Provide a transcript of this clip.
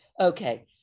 okay